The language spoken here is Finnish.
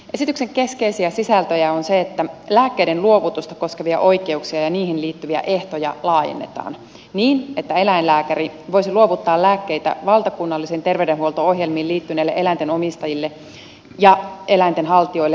esityksen keskeisiä sisältöjä on se että lääkkeiden luovutusta koskevia oikeuksia ja niihin liittyviä ehtoja laajennetaan niin että eläinlää käri voisi luovuttaa lääkkeitä valtakunnallisiin terveydenhuolto ohjelmiin liittyneille eläinten omistajille ja eläinten haltijoille nykyistä laajemmin